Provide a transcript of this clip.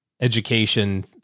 education